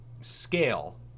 scale